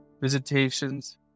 visitations